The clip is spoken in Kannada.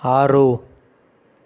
ಆರು